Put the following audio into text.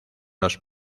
los